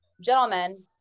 Gentlemen